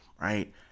right